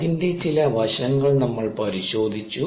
അതിന്റെ ചില വശങ്ങൾ നമ്മൾ പരിശോധിച്ചു